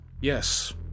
yes